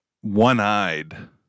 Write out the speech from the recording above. One-eyed